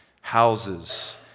houses